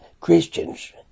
Christians